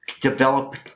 develop